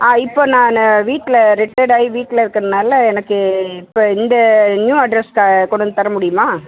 இப்போ நான் வீட்டில் ரிட்டேர்ட் ஆயி வீட்டில் இருக்கிறதுனால எனக்கு இப்போ இந்த நியூ அட்ரெஸ்க்கு கொண்டு வந்து தரமுடியுமா